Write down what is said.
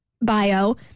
bio